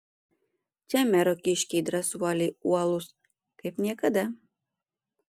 čia mero kiškiai drąsuoliai uolūs kaip niekada